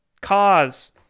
cause